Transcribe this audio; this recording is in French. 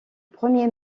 premier